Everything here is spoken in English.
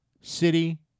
city